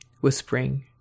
whispering